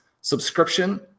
subscription